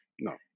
No